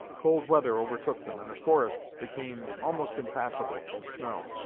cold weather overtook them and the forests became almost impassable from snow.